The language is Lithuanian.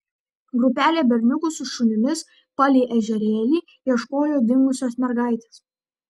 grupelė berniukų su šunimis palei ežerėlį ieškojo dingusios mergaitės